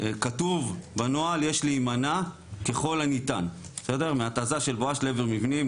כתוב בנוהל יש להימנע ככל הניתן מהתזה של "בואש" לעבר מבנים,